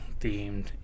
themed